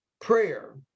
prayer